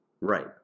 Right